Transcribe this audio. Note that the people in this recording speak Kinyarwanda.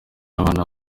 abana